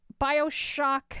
bioshock